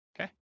Okay